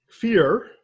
fear